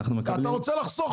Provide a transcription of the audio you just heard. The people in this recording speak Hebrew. אתה רוצה שהוא יקליד לך גם כן?